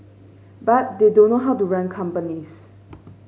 but they don't know how to run companies